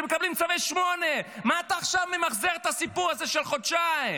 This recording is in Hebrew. שמקבלים צווי 8. מה אתה עכשיו ממחזר את הסיפור הזה של חודשיים?